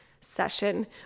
session